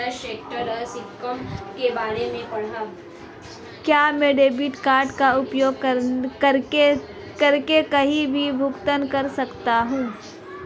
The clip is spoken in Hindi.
क्या मैं डेबिट कार्ड का उपयोग करके कहीं भी भुगतान कर सकता हूं?